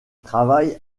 travaille